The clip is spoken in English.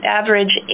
average